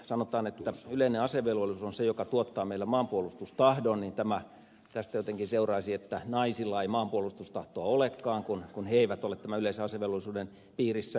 sanotaan että yleinen asevelvollisuus on se joka tuottaa meille maanpuolustustahdon ja tästä jotenkin seuraisi että naisilla ei maanpuolustustahtoa olekaan kun he eivät ole tämän yleisen asevelvollisuuden piirissä